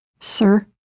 Sir